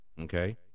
okay